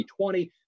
2020